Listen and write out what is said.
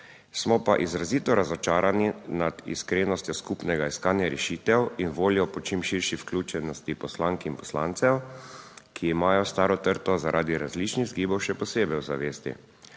Smo pa izrazito razočarani nad iskrenostjo skupnega iskanja rešitev in voljo po čim širši vključenosti poslank in poslancev, ki imajo staro trto zaradi različnih vzgibov še posebej v zavesti.